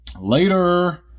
later